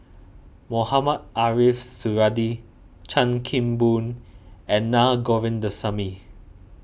Mohamed Ariff Suradi Chan Kim Boon and Naa Govindasamy